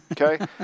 okay